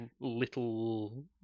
little